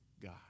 God